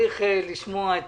לשמוע את